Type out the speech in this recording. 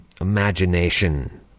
imagination